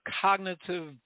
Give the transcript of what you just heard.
cognitive